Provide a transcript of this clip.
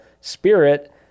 spirit